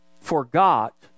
forgot